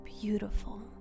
Beautiful